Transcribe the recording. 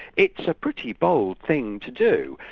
it's a pretty bold thing to do.